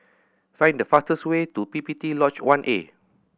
find the fastest way to P P T Lodge One A